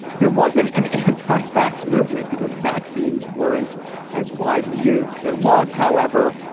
there wasn't an anti-vax movement because vaccines weren't as widely used. there was, however,